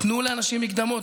תנו לאנשים מקדמות,